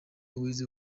wize